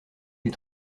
des